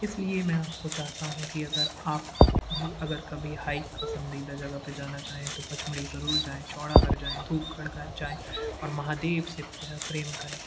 इस लिए मैं आपको चाहता हूँ कि अगर आप भी अगर कभी हाइक पसंदीदा जगह पर जाना चाहें तो पचमढ़ी ज़रूर जाएं चौरागढ़ जाएं धूपगढ़ जाएं और महादेव से बेहद प्रेम करें